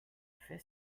fait